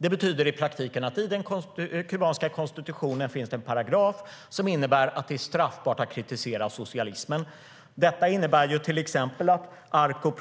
Det betyder i praktiken att det i den kubanska konstitutionen finns en paragraf som innebär att det är straffbart att kritisera socialismen. Det innebär till exempel att medlemmarna i Arco